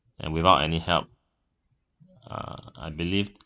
and without any help uh I believe